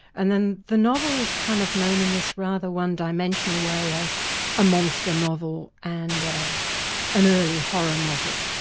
and then the novel was kind of known in this rather one-dimensional way as a monster novel and an early horror novel.